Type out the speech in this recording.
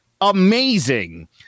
amazing